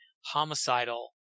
homicidal